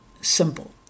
simple